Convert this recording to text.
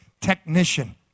technician